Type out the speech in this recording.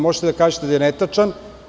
Možete da kažete da je netačan.